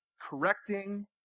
correcting